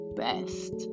best